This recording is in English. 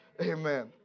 Amen